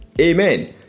Amen